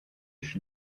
she